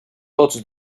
tots